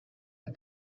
the